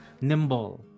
nimble